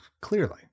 clearly